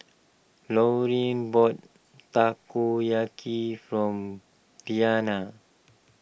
Lauryn bought Takoyaki from